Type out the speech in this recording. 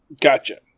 Gotcha